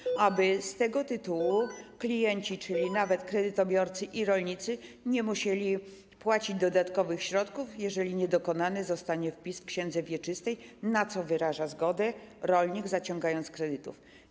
Chodzi o to, aby z tego tytułu klienci, czyli nawet kredytobiorcy i rolnicy, nie musieli płacić dodatkowych środków, jeżeli nie zostanie dokonany wpis w księdze wieczystej, na co wyraża zgodę rolnik, zaciągając kredyt.